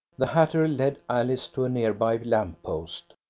the hatter led alice to a nearby lamp-post,